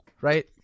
right